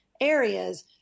areas